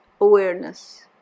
awareness